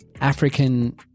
African